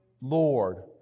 Lord